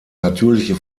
natürliche